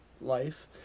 life